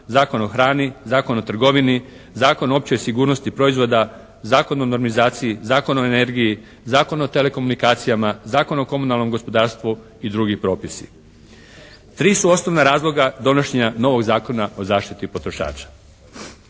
Zakon o hrani, Zakon o trgovini, Zakon o općoj sigurnosti proizvoda, Zakon o normizaciji, Zakon o energiji, Zakon o telekomunikacijama, Zakon o komunalnom gospodarstvu i drugi propisi. Tri su osnovna razloga donošenja novog Zakona o zaštiti potrošača.